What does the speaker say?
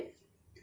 no